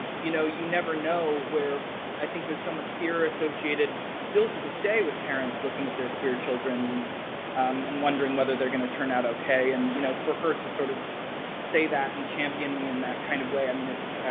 you know, you never know where i think there's so much fear associated still to this day with parents looking at their queer children and wondering whether they're going to turn out okay and, you know, for her to sort of say that and champion me in that kind of way, i mean it's